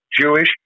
Jewish